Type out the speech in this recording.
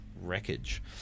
wreckage